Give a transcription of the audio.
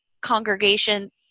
congregation